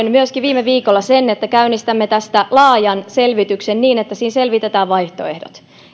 myöskin viime viikolla sen että käynnistämme tästä laajan selvityksen niin että siinä selvitetään vaihtoehdot